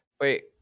Wait